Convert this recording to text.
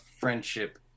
friendship